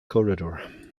corridor